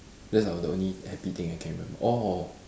those are the only happy thing I can remember orh